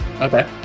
Okay